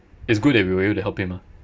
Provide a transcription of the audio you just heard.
it's good that we were able to help him ah